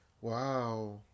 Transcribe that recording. Wow